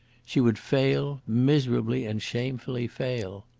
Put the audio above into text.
she would fail, miserably and shamefully fail.